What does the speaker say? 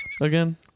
again